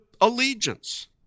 allegiance